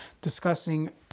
discussing